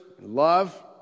love